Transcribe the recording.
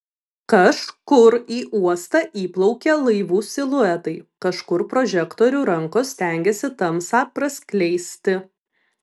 kažkur į uostą įplaukia laivų siluetai kažkur prožektorių rankos stengiasi tamsą praskleisti